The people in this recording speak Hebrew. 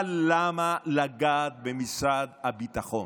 אבל למה לגעת במשרד הביטחון?